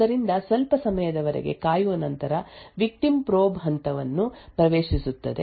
ಆದ್ದರಿಂದ ಸ್ವಲ್ಪ ಸಮಯದವರೆಗೆ ಕಾಯುವ ನಂತರ ವಿಕ್ಟಿಮ್ ಪ್ರೋಬ್ ಹಂತವನ್ನು ಪ್ರವೇಶಿಸುತ್ತದೆ